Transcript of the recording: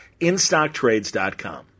InStockTrades.com